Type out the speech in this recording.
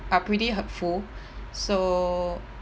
are pretty hurtful so